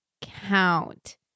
count